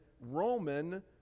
Roman